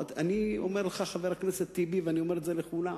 אני אומר לך, חבר הכנסת טיבי, ואני אומר לכולם.